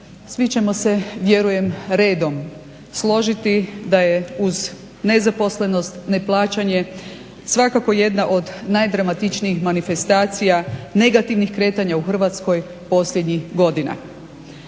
Svi ćemo se vjerujem redom složiti da je uz nezaposlenost, neplaćanje svakako jedna od najdramatičnijih manifestacija negativnih kretanja u Hrvatskoj posljednjih godina.